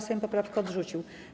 Sejm poprawkę odrzucił.